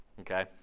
okay